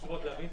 חשוב רק להבין,